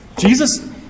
Jesus